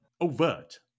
overt